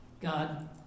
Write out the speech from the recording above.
God